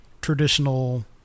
traditional